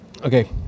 Okay